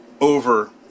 over